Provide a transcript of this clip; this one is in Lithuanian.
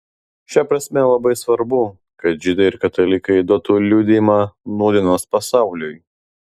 šia prasme labai svarbu kad žydai ir katalikai duotų liudijimą nūdienos pasauliui